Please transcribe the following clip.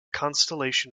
constellation